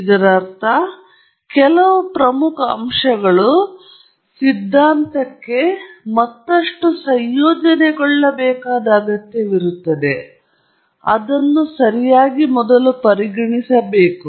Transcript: ಇದರ ಅರ್ಥ ಕೆಲವು ಪ್ರಮುಖ ಅಂಶಗಳು ಸಿದ್ಧಾಂತಕ್ಕೆ ಮತ್ತಷ್ಟು ಸಂಯೋಜನೆಗೊಳ್ಳಬೇಕಾದ ಅಗತ್ಯವಿರುತ್ತದೆ ಮೊದಲು ಅದನ್ನು ಸರಿಯಾಗಿ ಪರಿಗಣಿಸಬಹುದು